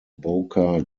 boca